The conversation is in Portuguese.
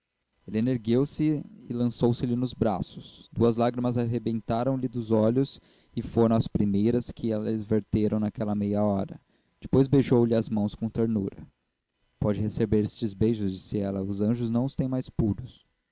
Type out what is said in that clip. helena ergueu-se e lançou se lhe nos braços duas lágrimas rebentaram lhe dos olhos e foram as primeiras que eles verteram naquela meia hora depois beijou-lhe as mãos com ternura pode receber estes beijos disse ela os anjos não os têm mais puros